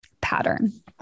pattern